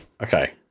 Okay